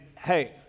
hey